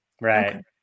Right